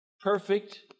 Perfect